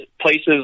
places